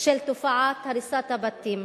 של תופעת הריסת הבתים.